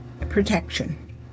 protection